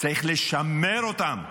צריך לשמר אותם,